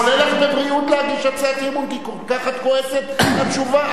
זה עולה לנו בבריאות להגיש הצעת אי-אמון כי כל כך את כועסת על התשובה,